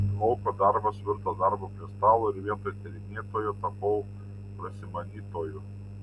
lauko darbas virto darbu prie stalo ir vietoj tyrinėtojo tapau prasimanytoju